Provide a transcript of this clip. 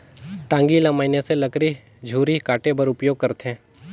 टागी ल मइनसे लकरी झूरी काटे बर उपियोग करथे